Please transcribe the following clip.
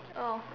oh